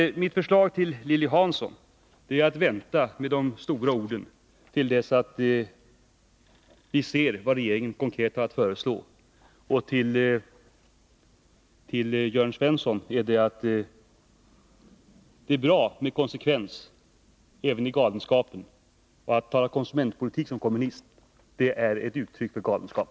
Mitt förslag till Lilly Hansson är att hon skall vänta med de stora orden till dess att vi ser vad regeringen konkret har att föreslå. Till Jörn Svensson vill jag säga: Det är bra med konsekvens även i galenskapen. Att som kommunist tala konsumentpolitik är ett uttryck för galenskap.